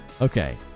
okay